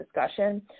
discussion